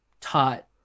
taught